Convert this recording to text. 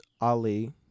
Ali